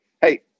Hey